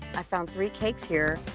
i found three cakes here.